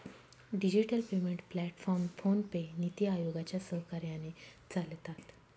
digital payment platform PhonePe, नीति आयोगाच्या सहकार्याने चालतात